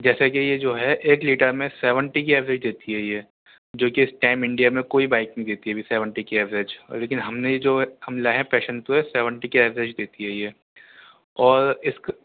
جیسے کہ یہ جو ہے ایک لیٹر میں سیونٹی کی ایوریج دیتی ہے یہ جوکہ اس ٹائم انڈیا میں کوئی بائک نہیں دیتی ابھی سیونٹی کی ایوریج اور لیکن ہم نے یہ جو ہم لائے ہیں پیشن پرو یہ سیونٹی کی ایوریج دیتی ہے یہ اور اس کے